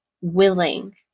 willing